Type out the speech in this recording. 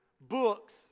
books